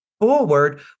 forward